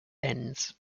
ends